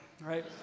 right